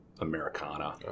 Americana